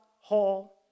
Hall